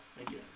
again